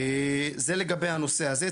זה לגבי הנושא הזה.